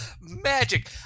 Magic